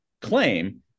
claim